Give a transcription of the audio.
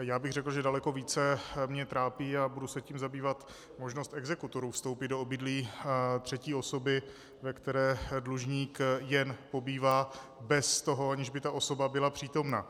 Já bych řekl, že daleko více mě trápí, a budu se tím zabývat, možnost exekutorů vstoupit do obydlí třetí osoby, ve kterém dlužník jen pobývá, aniž by ta osoba byla přítomna.